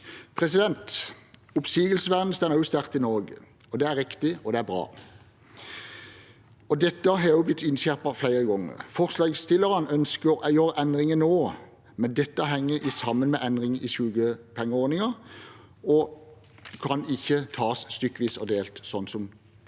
for det. Oppsigelsesvernet står også sterkt i Norge. Det er riktig, og det er bra. Dette har blitt innskjerpet flere ganger. Forslagsstillerne ønsker å gjøre endringer nå, men dette henger sammen med endringer i sykepengeordningen og kan ikke tas stykkevis og delt, sånn som